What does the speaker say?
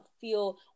feel